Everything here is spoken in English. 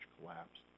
collapsed